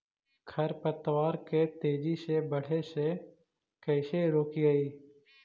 खर पतवार के तेजी से बढ़े से कैसे रोकिअइ?